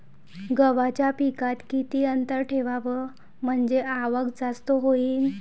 गव्हाच्या पिकात किती अंतर ठेवाव म्हनजे आवक जास्त होईन?